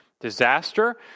disaster